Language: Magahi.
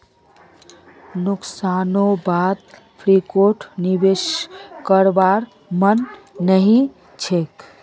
नुकसानेर बा द क्रिप्टोत निवेश करवार मन नइ छ